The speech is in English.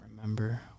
remember